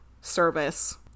service